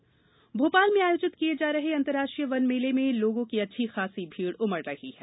वनमेला भोपाल में आयोजित किये जा रहे अन्तर्राष्ट्रीय वन मेले में लोगों की अच्छी खासी भीड़ उमड़ रही है